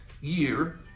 year